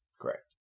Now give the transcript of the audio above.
Correct